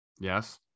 yes